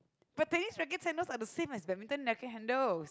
but tennis rackets handles are the same as badminton racket handles